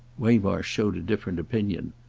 waymarsh showed a different opinion.